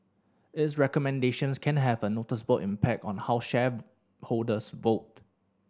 its recommendations can have a noticeable impact on how shareholders vote